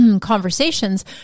conversations